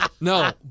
No